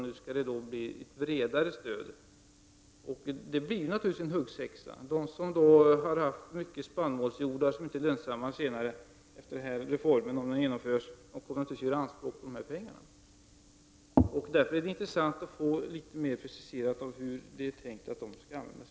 Nu skall det då bli ett bredare stöd. Det blir naturligtvis en huggsexa. De som har haft jordar där det odlats mycket spannmål — dvs. odling som inte kommer att bli lönsam, om reformen genomförs — kommer naturligtvis att göra anspråk på de här pengarna. Därför skulle det vara intressant att få veta mera i detalj hur pengarna skall användas.